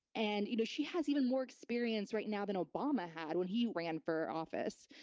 and you know she has even more experience right now than obama had when he ran for office.